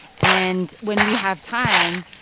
and when we have time,